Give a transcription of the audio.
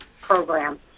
program